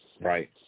right